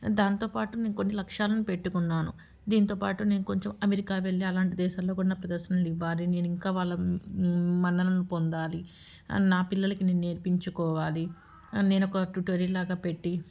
దాంతోపాటు నేను కొన్ని లక్ష్యాలను పెట్టుకున్నాను దీనితోపాటు నేను కొంచెం అమెరికా వెళ్ళి అలాంటి దేశాల్లో ఉన్న ప్రదర్శనలు ఇవ్వాలి నేను ఇంకా వాళ్ళ మన్ననలను పొందాలి నా పిల్లలకి నేను నేర్పించుకోవాలి నేనో ఒక ట్యూటోరియల్ లాగా పెట్టి